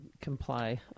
Comply